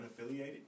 unaffiliated